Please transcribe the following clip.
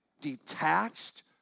detached